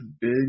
big